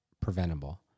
preventable